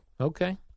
Okay